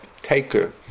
taker